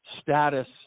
status